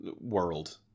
world